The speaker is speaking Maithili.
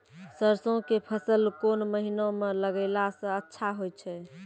सरसों के फसल कोन महिना म लगैला सऽ अच्छा होय छै?